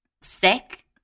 sick